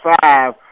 five